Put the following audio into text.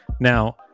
Now